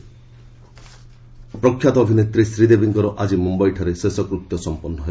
ଶ୍ରୀଦେବୀ ପ୍ରଖ୍ୟାତ ଅଭିନେତ୍ରୀ ଶ୍ରୀଦେବୀଙ୍କର ଆଜି ମୁମ୍ବାଇଠାରେ ଶେଷକୃତ୍ୟ ସମ୍ପନ୍ନ ହେବ